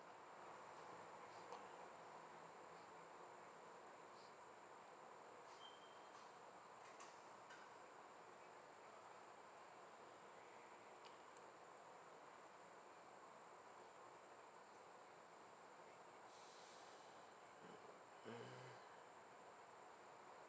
mmhmm